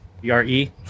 B-R-E